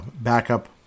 backup